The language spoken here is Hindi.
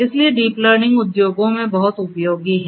इसलिए डीप लर्निंग उद्योगों में बहुत उपयोगी है